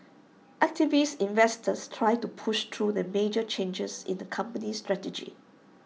activist investors try to push through the major changes in the company strategy